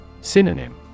Synonym